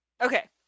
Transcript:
Okay